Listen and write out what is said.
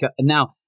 now